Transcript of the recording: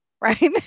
right